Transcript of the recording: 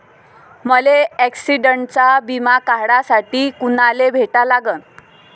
मले ॲक्सिडंटचा बिमा काढासाठी कुनाले भेटा लागन?